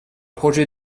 projet